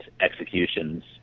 executions